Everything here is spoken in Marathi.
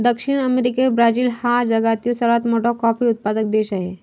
दक्षिण अमेरिकेत ब्राझील हा जगातील सर्वात मोठा कॉफी उत्पादक देश आहे